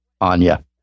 Anya